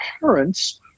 parents